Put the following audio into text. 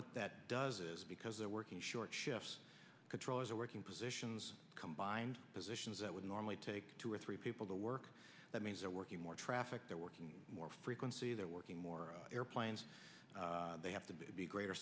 what that does is because they're working short shifts controllers are working positions combined positions that would normally take two or three people to work that means they're working more traffic they're working more frequency they're working more airplanes they have to be greater